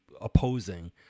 opposing